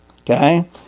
Okay